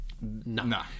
no